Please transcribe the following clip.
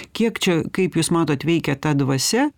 kiek čia kaip jūs matot veikia ta dvasia